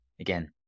again